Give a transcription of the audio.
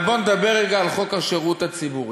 אבל בואו נדבר רגע על חוק השידור הציבורי.